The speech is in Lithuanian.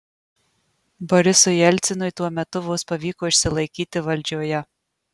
borisui jelcinui tuo metu vos pavyko išsilaikyti valdžioje